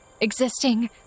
existing